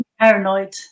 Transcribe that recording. paranoid